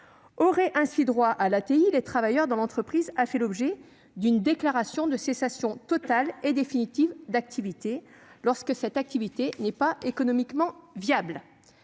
auraient ainsi droit à l'ATI les travailleurs dont l'entreprise a fait l'objet d'une déclaration de cessation totale et définitive d'activité, lorsque cette activité n'est pas viable économiquement.